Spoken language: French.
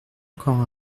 encore